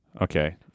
Okay